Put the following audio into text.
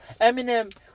Eminem